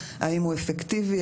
האם הוא אפקטיבי,